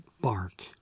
bark